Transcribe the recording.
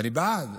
ואני בעד,